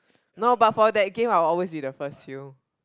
no but for that game I always be the first feel